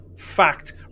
fact